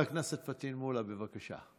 חבר הכנסת פטין מולא, בבקשה.